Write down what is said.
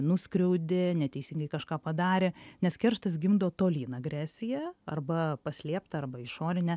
nuskriaudė neteisingai kažką padarė nes kerštas gimdo tolyn agresiją arba paslėptą arba išorinę